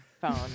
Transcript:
phone